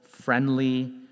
friendly